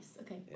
Okay